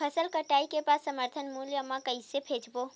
फसल कटाई के बाद समर्थन मूल्य मा कइसे बेचबो?